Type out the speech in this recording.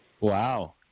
Wow